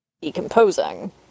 decomposing